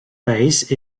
base